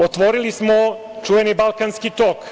Otvorili smo čuveni „Balkanski tok“